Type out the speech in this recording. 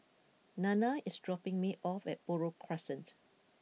Nanna is dropping me off at Buroh Crescent